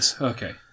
Okay